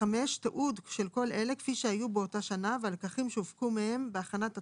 תיעוד של כל אלה כפי שהיו באותה שנה והלקחים שהופקו מהם בהכנת התכנית: